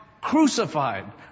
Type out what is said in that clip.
Crucified